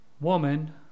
woman